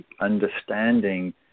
understanding